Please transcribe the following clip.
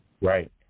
Right